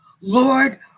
Lord